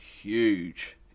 huge